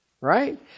Right